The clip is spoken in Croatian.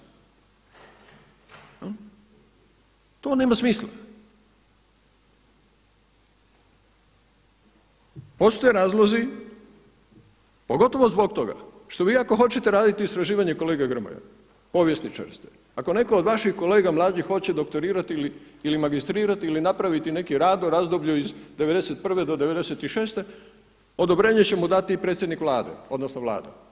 Postoje razlozi pogotovo zbog toga što vi ako hoćete raditi istraživanje kolega Grmoja, povjesničar ste, ako netko od vaših kolega mlađih hoće doktorirati ili magistrirati, ili napraviti neki rad u razdoblju iz 91. do 96. odobrenje će mu dati predsjednik Vlade odnosno Vlada.